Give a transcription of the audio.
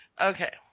Okay